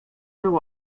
był